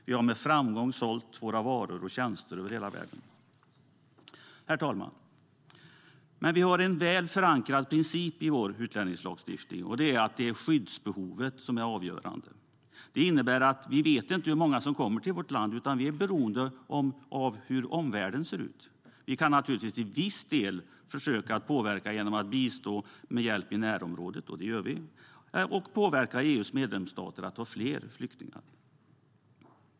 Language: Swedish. Vi har med framgång sålt våra varor och tjänster över hela världen. Herr talman! Vi har en väl förankrad princip i vår utlänningslagstiftning, och den är att det är skyddsbehovet som är avgörande. Det innebär att vi inte vet hur många som kommer till vårt land utan att vi är beroende av hur omvärlden ser ut. Vi kan naturligtvis till viss del försöka påverka genom att bistå med hjälp i närområdet - det gör vi - och påverka EU:s medlemsstater att ta emot fler flyktingar.